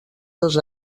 dos